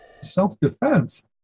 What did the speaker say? self-defense